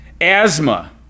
Asthma